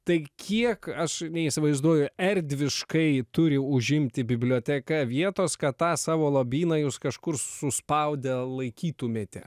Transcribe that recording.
tai kiek aš neįsivaizduoju erdviškai turi užimti biblioteka vietos kad tą savo lobyną jūs kažkur suspaudę laikytumėte